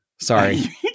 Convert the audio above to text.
Sorry